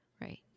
Right